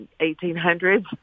1800s